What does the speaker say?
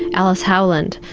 alice howland,